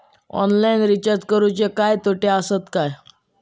Online recharge करुचे काय तोटे आसत काय?